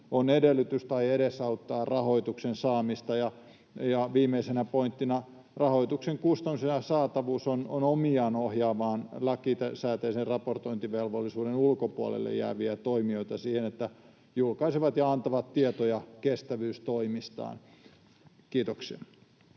on edellytys tai edesauttaa rahoituksen saamista. Viimeisenä pointtina rahoituksen kustannus ja saatavuus ovat omiaan ohjaamaan lakisääteisen raportointivelvollisuuden ulkopuolelle jääviä toimijoita siihen, että ne julkaisevat ja antavat tietoja kestävyystoimistaan. — Kiitoksia.